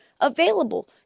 available